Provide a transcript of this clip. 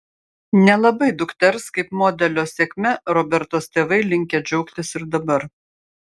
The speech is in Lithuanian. nelabai dukters kaip modelio sėkme robertos tėvai linkę džiaugtis ir dabar